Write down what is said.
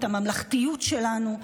את הממלכתיות שלנו,